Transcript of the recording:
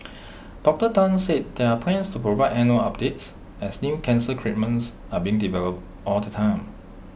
Doctor Tan said there are plans to provide annual updates as new cancer treatments are being developed all the time